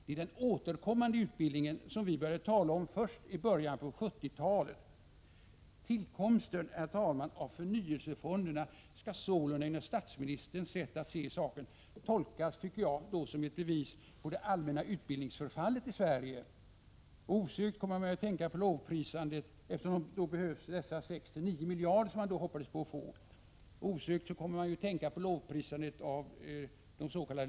Det är den återkommande utbildningen, som vi började tala om först i början av 70-talet.” Tillkomsten, herr talman, av förnyelsefonderna skall sålunda enligt statsministerns sätt att se saken tolkas som ett bevis på det allmänna utbildningsförfallet i Sverige — eftersom man behövde dessa 6-9 miljarder som man då hoppades på att få. Osökt kommer man att tänka på lovprisandet av des.k.